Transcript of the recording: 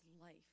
life